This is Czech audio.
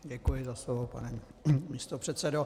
Děkuji za slovo, pane místopředsedo.